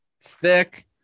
stick